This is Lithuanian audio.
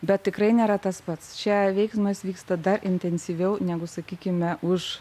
bet tikrai nėra tas pats čia veiksmas vyksta dar intensyviau negu sakykime už